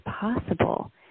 possible